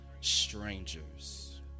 strangers